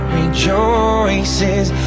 rejoices